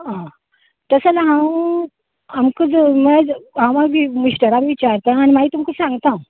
आं तशें जाल्यार हांव आमकां जर मेळत हांव मिस्टराक विचारता आनी मागीर तुमकां सांगता हांव